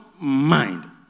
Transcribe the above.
mind